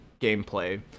gameplay